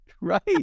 right